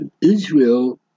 Israel